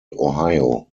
ohio